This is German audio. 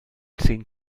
zehn